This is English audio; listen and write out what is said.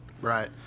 Right